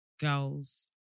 Girls